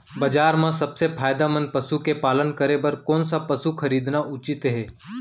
बजार म सबसे फायदामंद पसु के पालन करे बर कोन स पसु खरीदना उचित हे?